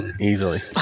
Easily